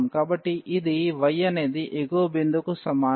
కాబట్టి ఇది y అనేది ఎగువ బిందువుకు సమానం